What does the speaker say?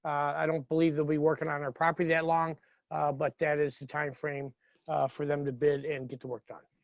i don't believe that we working on our property that long but that is the timeframe for them to bid and get the work done.